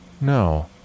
No